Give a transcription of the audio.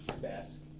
desk